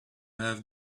have